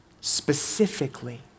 specifically